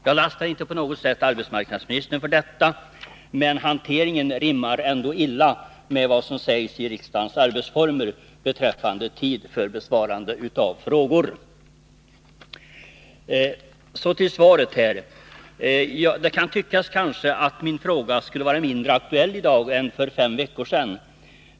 Jag lastar inte på något sätt arbetsmarknadsministern för detta, men hanteringen rimmar illa med vad som sägs i riksdagsordningen beträffande tid för besvarande av frågor. Så går jag över till svaret. Det kan kanske tyckas att min fråga skulle vara mindre aktuell i dag än för fem veckor sedan.